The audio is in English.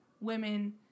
women